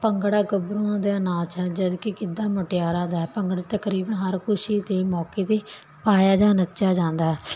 ਭੰਗੜਾ ਗੱਭਰੂਆਂ ਦੇ ਨਾਚ ਹੈ ਜਦ ਕਿ ਗਿਧਾ ਮੁਟਿਆਰਾ ਦਾ ਭੰਗੜ ਤਕਰੀਬਨ ਹਰ ਖੁਸ਼ੀ ਦੇ ਮੌਕੇ ਤੇ ਆਇਆ ਜਾਂ ਨੱਚਾ ਜਾਂਦਾ ਹੈ